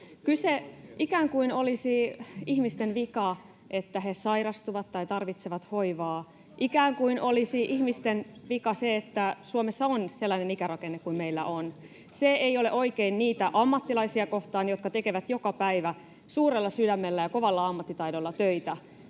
— ikään kuin olisi ihmisten vika, että he sairastuvat tai tarvitsevat hoivaa, [Sanna Antikainen: Kukaan ei ole näin sanonut!] ikään kuin olisi ihmisten vika, että Suomessa on sellainen ikärakenne kuin meillä on. Se ei ole oikein niitä ammattilaisia kohtaan, jotka tekevät joka päivä suurella sydämellä ja kovalla ammattitaidolla töitä